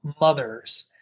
mothers